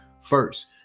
first